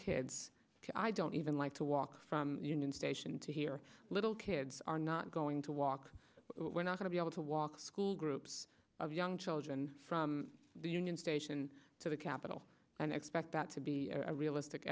kids i don't even like to walk from union station to here little kids are not going to walk we're not going to be able to walk to school groups of young children from the union station to the capitol and expect that to be a realistic